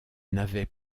n’avaient